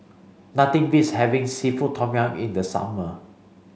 nothing beats having seafood Tom Yum in the summer